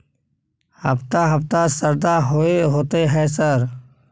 हफ्ता हफ्ता शरदा होतय है सर?